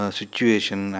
situation